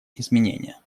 изменения